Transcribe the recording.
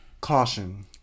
caution